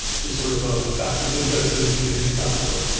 just sort of a fact that's interesting to to contemplate.